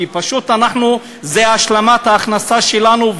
כי פשוט זו השלמת ההכנסה שלנו,